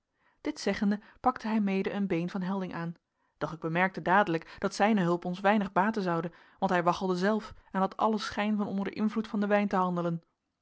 dit zeggende pakte hij mede een been van helding aan doch ik bemerkte dadelijk dat zijne hulp ons weinig baten zoude want hij waggelde zelf en had allen schijn van onder den invloed van den wijn te handelen